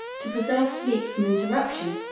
to preserve sleep from interruption,